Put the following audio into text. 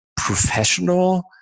professional